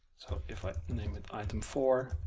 so if i name it item four,